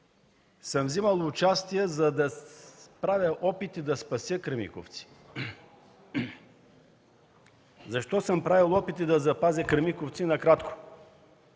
съм вземал участие, за да правя опити да спася „Кремиковци”. Защо съм правил опити да спася „Кремиковци”? Накратко,